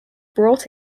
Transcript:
brought